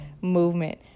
movement